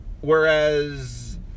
whereas